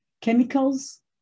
chemicals